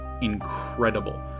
incredible